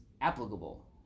applicable